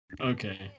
Okay